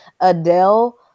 Adele